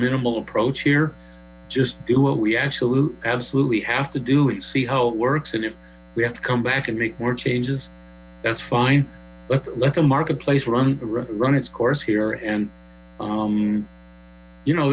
minimal approach here just do it we absolutely absolutely have to do it see how works and if we have to come back and make more changes that's fine but let the marketplace run run its course here you know